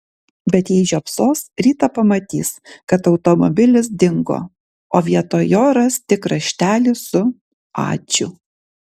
bet jei žiopsos rytą pamatys kad automobilis dingo o vietoj jo ras tik raštelį su ačiū